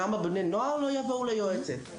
למה בני נוער לא יבואו ליועצת,